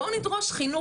בואו נדרוש חינוך.